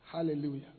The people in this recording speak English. Hallelujah